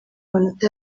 amanota